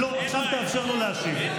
לא, עכשיו תאפשר לו להשיב.